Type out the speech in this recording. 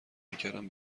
میکردم